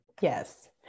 Yes